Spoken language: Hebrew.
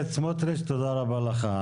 סמוטריץ' תודה רבה לך.